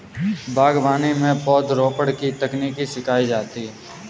बागवानी में पौधरोपण की तकनीक सिखाई जाती है